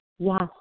Yes